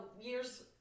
years